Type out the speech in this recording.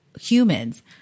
humans